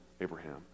Abraham